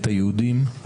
את היהודים,